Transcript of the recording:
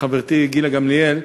חברתי גילה גמליאל,